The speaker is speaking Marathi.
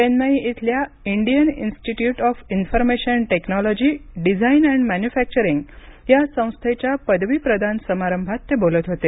चेन्नई इथल्या Indian institute of information technology design and manufacturing या संस्थेच्या पदवीप्रदान समारंभात ते बोलत होते